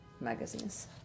magazines